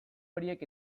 horiek